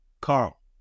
Carl